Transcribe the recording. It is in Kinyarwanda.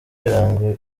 biranga